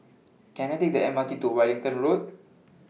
Can I Take The M R T to Wellington Road